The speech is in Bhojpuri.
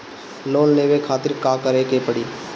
लोन लेवे खातिर का करे के पड़ी?